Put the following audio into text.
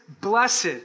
blessed